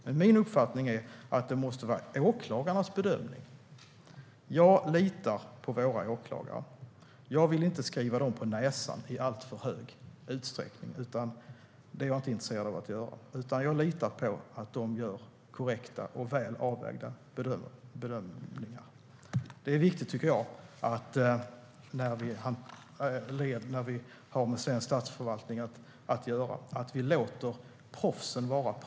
Men min uppfattning är att det måste vara åklagarnas bedömning. Jag litar på våra åklagare, och jag vill inte skriva dem på näsan i alltför stor utsträckning. Det är jag inte intresserad av. Jag litar på att de gör korrekta och väl avvägda bedömningar. Det är viktigt att vi låter proffsen vara proffs när vi har med svensk statsförvaltning att göra.